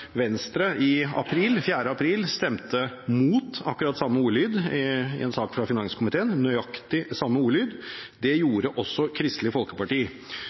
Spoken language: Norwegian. Venstre den 4. april stemte mot akkurat samme ordlyd i en sak fra finanskomiteen – nøyaktig samme ordlyd! Det gjorde også Kristelig Folkeparti.